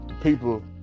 people